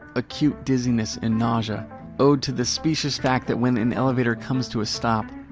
acute dizziness and nausea owed to the specious fact that when an elevator comes to a stop,